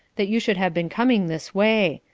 that you should have been coming this way.